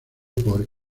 por